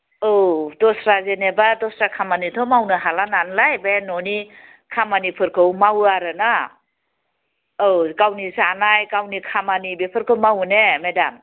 औ दस्रा जेनेबा दस्रा खामानिथ' मावनो हाला नालाय बे न'नि खामानिफोरखौ मावो आरो ना औ गावनि जानाय गावनि खामानि बेफोरखौ मावो ने मेडाम